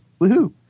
Woohoo